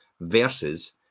versus